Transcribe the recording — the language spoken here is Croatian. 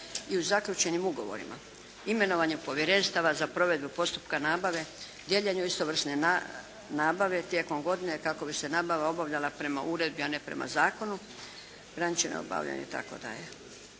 i u zaključenim ugovorima, imenovanje povjerenstava za provedbu postupka nabave, dijeljenju istovrsne nabave tijekom godine kako bi se nabava obavljala prema uredbi, a ne prema zakonu, ograničeno obavljanje itd.